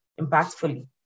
impactfully